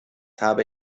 habe